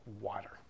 water